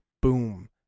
boom